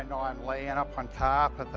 and i'm laying up on top